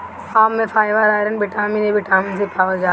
आम में fibre, iron, vitamin A, vitamin C पावल जाला